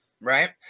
right